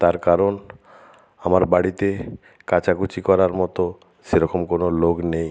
তার কারণ আমার বাড়িতে কাচাকুচি করার মতো সেরকম কোনো লোক নেই